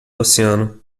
oceano